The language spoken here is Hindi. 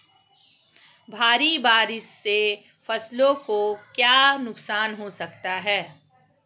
भारी बारिश से फसलों को क्या नुकसान हो सकता है?